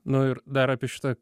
nu ir dar apie šitą